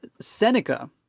Seneca